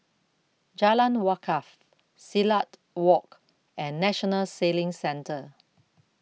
Jalan Wakaff Silat Walk and National Sailing Centre